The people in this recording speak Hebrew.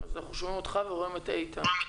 אז אני שמעתי את הדברים שנאמרו.